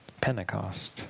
Pentecost